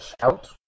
shout